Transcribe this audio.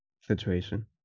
situation